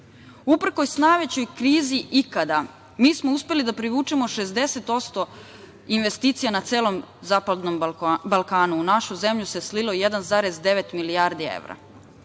Uprkos najvećoj krizi ikada, mi smo uspeli da privučemo 60% investicija na celom Zapadnom Balkanu. U našu zemlju se slilo 1,9 milijardi evra.